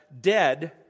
dead